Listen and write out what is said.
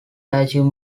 achieve